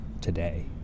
today